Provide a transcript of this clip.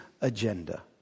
agenda